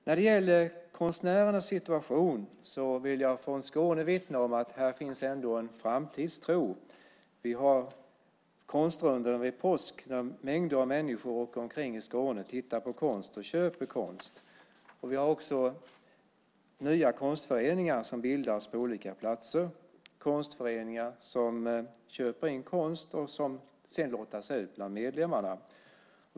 När det gäller konstnärernas situation vill jag från Skåne vittna om att här finns en framtidstro. Vi har konstrundan vid påsk, då mängder av människor åker omkring i Skåne, tittar på konst och köper konst. Vi har också nya konstföreningar som bildas på olika platser. Det är konstföreningar som köper in konst som sedan lottas ut bland medlemmarna.